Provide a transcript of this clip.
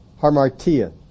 harmartia